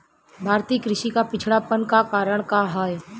भारतीय कृषि क पिछड़ापन क कारण का ह?